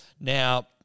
Now